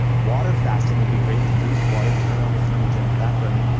water fasting would be great to boost water, turn on your thermogenetic fat burning,